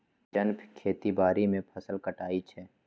जन खेती बाड़ी में फ़सल काटइ छै